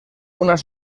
unas